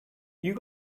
you